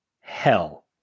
hell